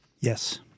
Yes